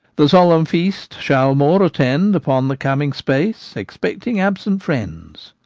the solemn feast shall more attend upon the coming space, expecting absent friends.